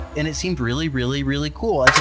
and it seemed really, really, really cool!